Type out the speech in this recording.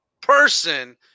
person